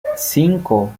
cinco